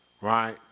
right